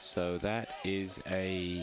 so that is a